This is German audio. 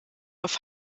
auf